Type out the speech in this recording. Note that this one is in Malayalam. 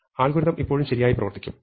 അൽഗോരിതം ഇപ്പോഴും ശരിയായി പ്രവർത്തിക്കും